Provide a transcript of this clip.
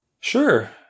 Sure